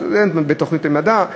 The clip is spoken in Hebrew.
סטודנט בתוכנית למדע,